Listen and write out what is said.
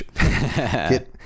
Get